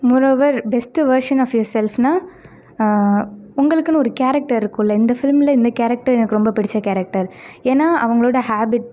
moreover best version of your செல்ஃப்னா உங்களுக்குனு ஒரு கேரக்டர் இருக்குல்ல இந்த ஃபிலிமில் இந்த கேரக்டர் எனக்கு ரொம்ப பிடிச்ச கேரக்டர் என அவங்களோடய ஹாபிட்